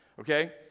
Okay